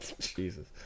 Jesus